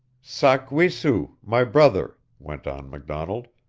sak-we-su, my brother, went on mcdonald,